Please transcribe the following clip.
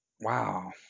Wow